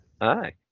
Aye